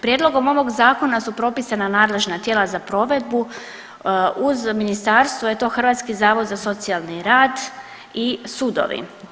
Prijedlogom ovog zakona su propisana nadležna tijela za provedbu uz ministarstvo je to Hrvatski zavod za socijalni rad i sudovi.